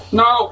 no